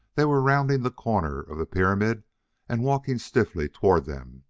they were rounding the corner of the pyramid and walking stiffly toward them,